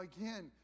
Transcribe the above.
again